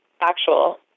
actual